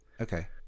Okay